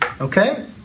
Okay